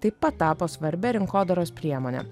taip pat tapo svarbia rinkodaros priemone